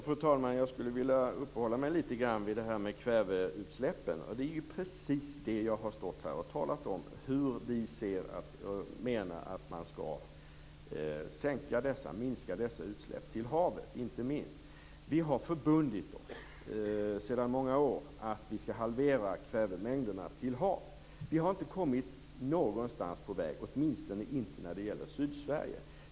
Fru talman! Jag skulle vilja uppehåll mig litet grand vid frågan om kväveutsläpp. Jag har precis talat om hur vi menar att man skall minska dessa utsläpp till havet, inte minst. Vi har sedan många år förbundit oss att halvera kvävemängderna till hav. Vi har inte kommit någonstans - åtminstone inte när det gäller Sydsverige.